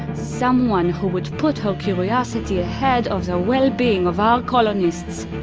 someone who would put her curiosity ahead of the well-being of our colonists.